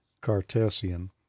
Cartesian